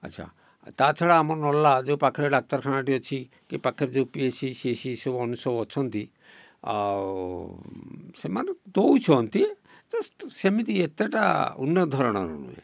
ଆଚ୍ଛା ତା'ଛଡା ଆମର ନର୍ଲା ଯେଉଁ ପାଖରେ ଡାକ୍ତରଖାନାଟି ଅଛି କି ପାଖରେ ଯେଉଁ ପି ସି ସି ସି ସବୁ ଅନ୍ୟ ସବୁ ଅଛନ୍ତି ଆଉ ସେମାନେ ଦେଉଛନ୍ତି ତ ସ ସେମିତି ଏତେ ଟା ଉନ୍ନତ ଧରଣର ନୁହେଁ